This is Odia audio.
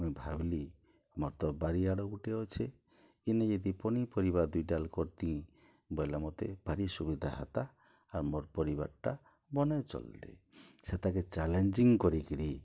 ମୁଇଁ ଭାବଲି ମୋର୍ ତ ବାରିଆଡ଼ ଗୁଟେ ଅଛେ ଇନେ ଯଦି ପନିପରିବା ଦୁଇ ଡାଲ କରତି ବଇଲା ମୋତେ ଭାରି ସୁବିଧା ହେତା ଆର୍ ମୋର୍ ପରିବାରଟା ବନେ ଚଲତେ ସେତାକେ ଚାଲେଞ୍ଜିଂ କରିକିରି